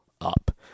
up